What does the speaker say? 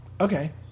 okay